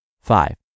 Five